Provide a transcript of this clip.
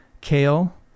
kale